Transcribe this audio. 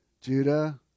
Judah